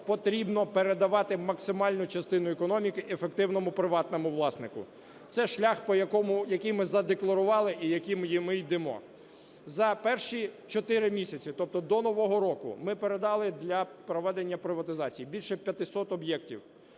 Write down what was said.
потрібно передавати максимальну частину економіки ефективному приватному власнику. Це шлях, по якому… який ми задекларували і яким ми йдемо. За перші 4 місяці, тобто до нового року ми передали для проведення приватизації більше 500 об'єктів.